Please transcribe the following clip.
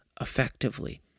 effectively